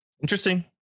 Interesting